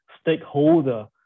stakeholder